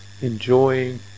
enjoying